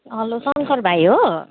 hello Shankar भाइ हो